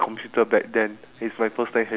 with the shops given in the photos right